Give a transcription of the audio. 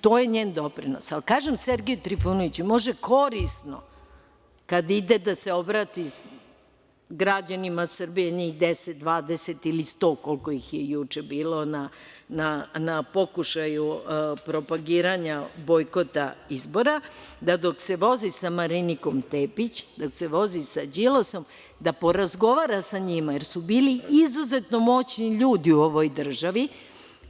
To je njen doprinos, ali kažem Sergeju Trifunoviću, možda je korisno kada ide da se obrati građanima Srbije, njih 10, 20 ili 100, koliko ih je juče bilo na pokušaju propagirana bojkota izbora, da dok se vozi sa Marinikom Tepić, dok se vozi sa Đilasom, da porazgovara sa njima, jer su bili izuzetno moćni ljudi u ovoj državi,